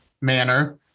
manner